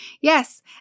Yes